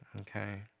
okay